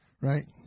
right